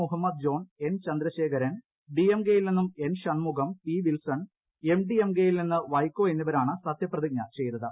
Muhammad John N Chandrasekaran D M കെയിൽ നിന്ന് N Shanmugam P Wilson M D M കെയിൽ നിന്ന് വൈകോ എന്നിവരാണ് സത്യപ്രതിജ്ഞ ചെയ്തത്